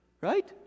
right